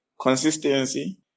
Consistency